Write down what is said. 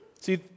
See